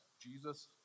Jesus